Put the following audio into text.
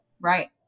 Right